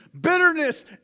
bitterness